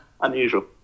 unusual